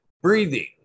breathing